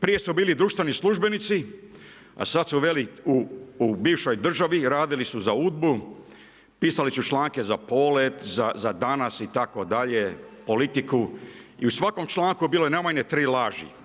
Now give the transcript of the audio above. Prije su bili društveni službenici, a sad su veli u bivšoj državi, radili su za UDBU, pisali su članke za Polet, za danas itd. politiku, i u svakom članku je bilo najmanje 3 laži.